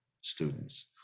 students